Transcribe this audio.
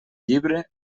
llibre